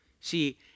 See